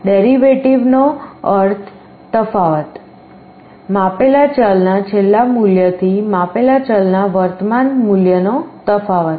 derivative નો અર્થ તફાવત માપેલા ચલના છેલ્લા મૂલ્ય થી માપેલા ચલના વર્તમાન મૂલ્ય નો તફાવત